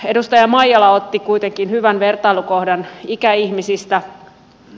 edustaja maijala otti kuitenkin hyvän vertailukohdan ikäihmisistä